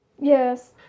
Yes